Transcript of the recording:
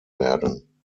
werden